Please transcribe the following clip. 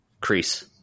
Crease